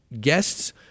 guests